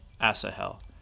Asahel